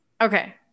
Okay